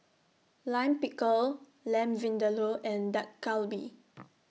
Lime Pickle Lamb Vindaloo and Dak Galbi